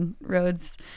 roads